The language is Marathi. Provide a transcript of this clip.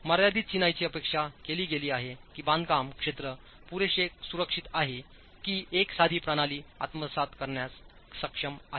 मर्यादित चिनाईची अपेक्षा केली गेली आहे की बांधकाम क्षेत्र पुरेसे सुरक्षित आहे की एक साधी प्रणाली आत्मसात करण्यास सक्षम आहे